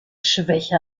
schwäche